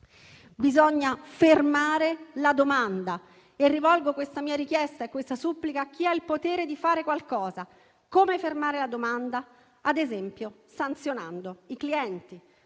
Bisogna fermare la domanda e rivolgo questa mia richiesta e questa supplica a chi ha il potere di fare qualcosa. Come fermare la domanda? Ad esempio, sanzionando i clienti.